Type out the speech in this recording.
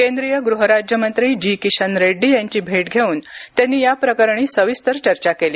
केंद्रीय गृहराज्यमंत्री जी किशन रेड्डी यांची भेट घेऊन त्यांनी याप्रकरणी सविस्तर चर्चा केली